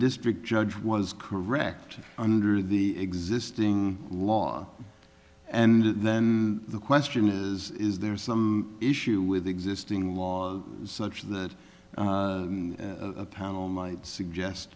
district judge was correct under the existing law and then the question is is there some issue with existing laws such that powell might suggest